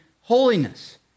holiness